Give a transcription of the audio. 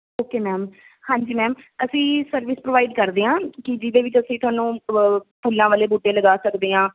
okay ma'am ਹਾਂਜੀ ma'am ਅਸੀਂ service provide ਕਰਦੇ ਹਾਂ ਕਿ ਜਿਹਦੇ ਵਿੱਚ ਅਸੀਂ ਤੁਹਾਨੂੰ ਫੁੱਲਾਂ ਵਾਲੇ ਬੂਟੇ ਲਗਾ ਸਕਦੇ ਹਾਂ